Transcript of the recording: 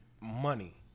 Money